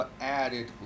added